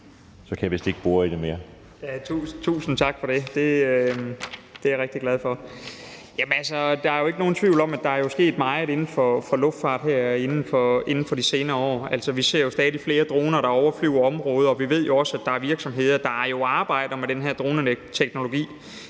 (Ordfører) Nick Zimmermann (DF): Tusind tak for det. Det er jeg rigtig glad for. Der er jo ikke nogen tvivl om, at der er sket meget inden for luftfarten her inden for de senere år. Vi ser stadig flere droner, der overflyver områder, og vi ved jo også, at der er virksomheder, der arbejder med den her droneteknologi